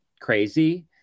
crazy